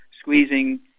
squeezing